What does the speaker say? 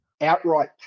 outright